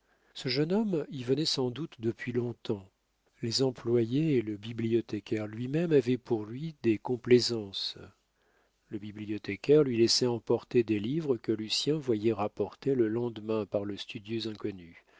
ce jeune homme y venait sans doute depuis long-temps les employés et le bibliothécaire lui-même avaient pour lui des complaisances le bibliothécaire lui laissait emporter des livres que lucien voyait rapporter le lendemain par le studieux inconnu